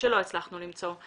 שלא הצלחנו למצוא.